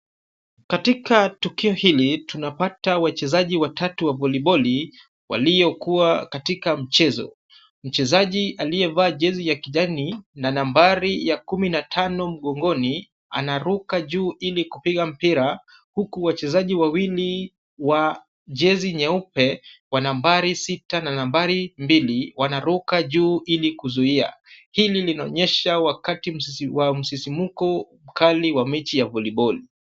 Katika tukio hili, tunapata wachezaji watatu wa voliboli waliokua katika mchezo. Mchezaji aliyevaa jezi ya kijani na nambari ya kumi na tano mgongoni, anaruka juu ili kupiga mpira, huku wachezaji wawili wa jezi nyeupe wa nambari sita na nambari mbili, wanaruka juu ili kuzuia. Hili linaonyesha wakati wa msisimko mkali wa mechi ya voliboli.